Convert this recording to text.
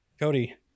Cody